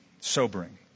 Sobering